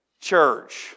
church